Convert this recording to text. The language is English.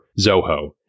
Zoho